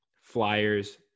Flyers